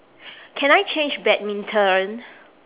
can I change badminton